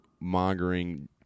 mongering